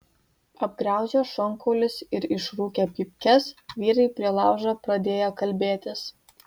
apgraužę šonkaulius ir išrūkę pypkes vyrai prie laužo pradėjo kalbėtis